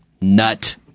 nut